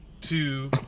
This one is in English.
two